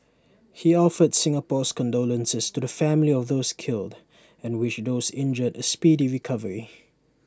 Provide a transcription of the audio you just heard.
he offered Singapore's condolences to the families of those killed and wished those injured A speedy recovery